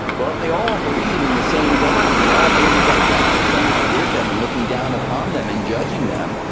well, if they all believe in the same god and they all believe that that god is somehow with them and looking down upon them and judging them,